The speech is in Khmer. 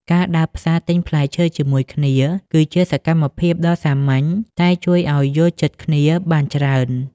ការដើរផ្សារទិញផ្លែឈើជាមួយគ្នា គឺជាសកម្មភាពដ៏សាមញ្ញតែជួយឱ្យយល់ចិត្តគ្នាបានច្រើន។